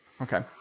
Okay